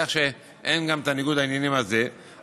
כך שאין גם את ניגוד העניינים הזה.